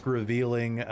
revealing